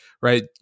right